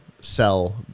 sell